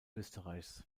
österreichs